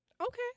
Okay